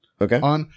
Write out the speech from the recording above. Okay